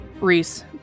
Reese